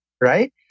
right